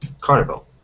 carnival